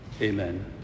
Amen